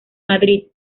madrid